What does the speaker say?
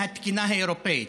מהתקינה האירופית,